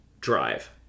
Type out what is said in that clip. drive